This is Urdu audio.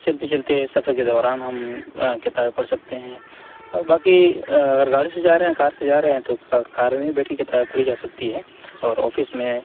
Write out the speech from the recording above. چلتے چلتے سفر کے دوران ہم کتابیں پڑھ سکتے ہیں اور باقی اگر گاڑی سے جا رہے ہیں کار سے جا رہے ہیں تو کار میں ہی بیٹھ کے کتابیں پڑھی جا سکتی ہے اور آفس میں